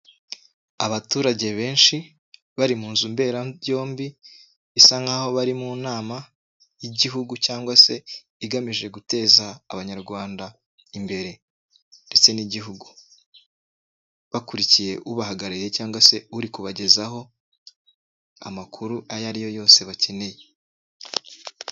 Abaturage benshi bari mu nzu mberabyombi bisa nk'aho bari mu nama y'igihugu cyangwa se igamije guteza abanyarwanda imbere ndetse n'igihugu, bakurikiye ubahagarariye cyangwa se uri kubagezaho amakuru ayo ariyo yose bakeneye.